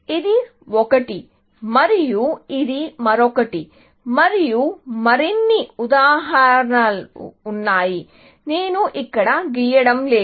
ఇది ఒకటి మరియు ఇది మరొకటి మరియు మరిన్ని ఉదాహరణలు ఉన్నాయి నేను ఇక్కడ గీయడం లేదు